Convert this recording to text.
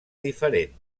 diferent